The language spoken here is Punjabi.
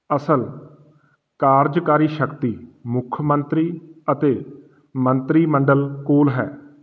ਅਸਲ ਕਾਰਜਕਾਰੀ ਸ਼ਕਤੀ ਮੁੱਖ ਮੰਤਰੀ ਅਤੇ ਮੰਤਰੀ ਮੰਡਲ ਕੋਲ ਹੈ